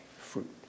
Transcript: fruit